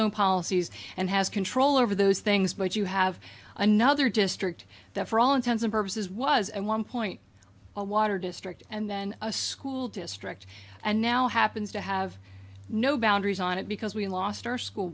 own policies and has control over those things but you have another district that for all intents and purposes was at one point a water district and then a school district and now happens to have no boundaries on it because we lost our school